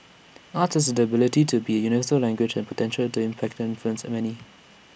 arts has the ability to be universal language and potential to impact and influence many